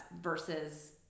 versus